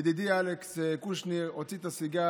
ידידי אלכס קושניר הוציא את הסיגריה